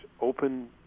open